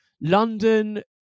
London